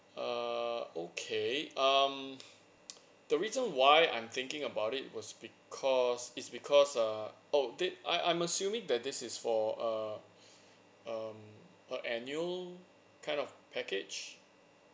err okay um the reason why I'm thinking about it was because is because err oh thi~ I I'm assuming that this is for err um a annual kind of package